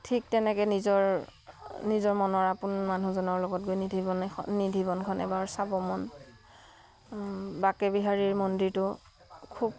ঠিক তেনেকৈ নিজৰ নিজৰ মনৰ আপোন মানুহজনৰ লগত গৈ নিধিৱন নিধিৱনখন এবাৰ চাব মন বাকে বিহাৰীৰ মন্দিৰটো খুব